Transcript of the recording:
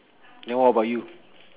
then what about you